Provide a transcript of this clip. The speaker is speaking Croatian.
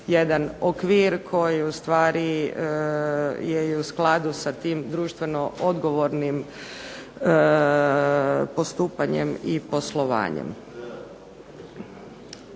jedan okvir koji u stvari je i u skladu sa tim društveno-odgovornim postupanjem i poslovanjem.